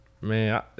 man